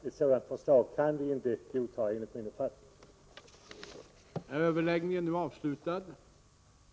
Ett sådant förslag kan vi inte enligt min uppfattning godta.